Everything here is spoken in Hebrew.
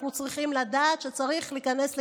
אנחנו צריכים לדעת שצריך להיכנס לכוננות.